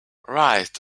right